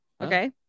okay